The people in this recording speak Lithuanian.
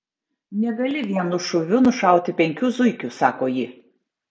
negali vienu šūviu nušauti penkių zuikių sako ji